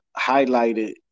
highlighted